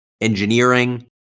engineering